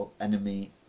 enemy